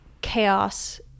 chaos